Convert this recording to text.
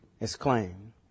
exclaimed